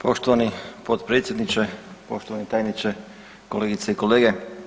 Poštovani potpredsjedniče, poštovani tajniče, kolegice i kolege.